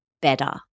better